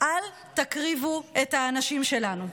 אל תקריבו את האנשים שלנו.